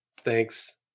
Thanks